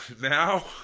now